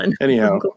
anyhow